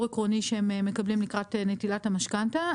עקרוני שהם מקבלים לקראת נטילת המשכנתא.